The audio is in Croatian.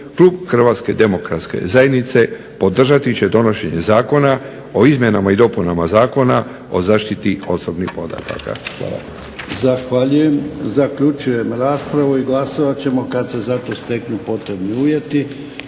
klub HDZ-a podržati će donošenje zakona o izmjenama i dopunama Zakona o zaštiti osobnih podataka.